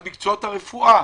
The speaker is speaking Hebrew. ולא דיברתי על מקצועות הרפואה